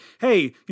hey